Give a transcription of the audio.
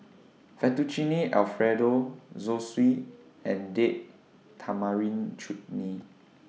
Fettuccine Alfredo Zosui and Date Tamarind Chutney